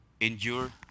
endure